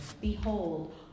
Behold